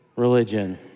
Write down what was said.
Religion